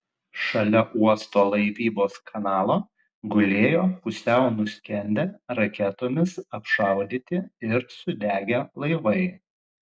šalia uosto laivybos kanalo gulėjo pusiau nuskendę raketomis apšaudyti ir sudegę laivai